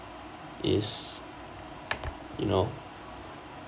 is you know